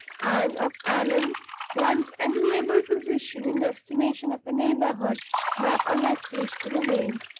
and of allan's once enviable position in the estimation of the neighborhood not a vestige remained.